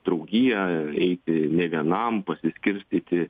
draugiją eiti ne vienam pasiskirstyti